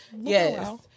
yes